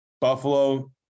Buffalo